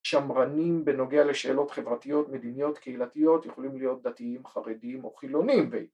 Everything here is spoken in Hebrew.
‫שמרנים בנוגע לשאלות חברתיות, ‫מדיניות, קהילתיות, ‫יכולים להיות דתיים, חרדיים ‫או חילוניים